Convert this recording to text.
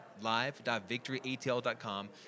live.victoryatl.com